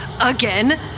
again